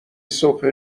صبح